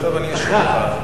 תיכף אני אשיב לך.